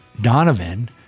Donovan